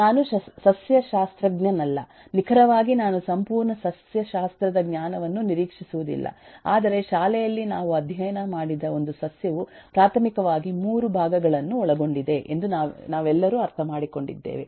ನಾನು ಸಸ್ಯಶಾಸ್ತ್ರಜ್ಞನಲ್ಲ ನಿಖರವಾಗಿ ನಾನು ಸಂಪೂರ್ಣ ಸಸ್ಯಶಾಸ್ತ್ರದ ಜ್ಞಾನವನ್ನು ನಿರೀಕ್ಷಿಸುವುದಿಲ್ಲ ಆದರೆ ಶಾಲೆಯಲ್ಲಿ ನಾವು ಅಧ್ಯಯನ ಮಾಡಿದ ಒಂದು ಸಸ್ಯವು ಪ್ರಾಥಮಿಕವಾಗಿ ಮೂರು ಭಾಗಗಳನ್ನು ಒಳಗೊಂಡಿದೆ ಎಂದು ನಾವೆಲ್ಲರೂ ಅರ್ಥಮಾಡಿಕೊಂಡಿದ್ದೇವೆ